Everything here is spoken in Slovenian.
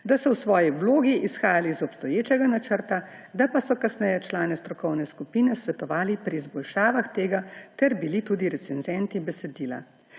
da so v svoji vlogi izhajali iz obstoječega načrta, da pa so kasneje člani strokovne skupine svetovali pri izboljšavah tega ter bili tudi recenzenti besedila.